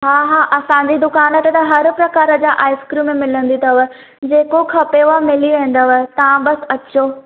हा हा असांजी दुकान थे त हर प्रकार जा आइस्क्रीम मिलंदियूं अथव जेको खपेव मिली वेंदव तव्हां बसि अचो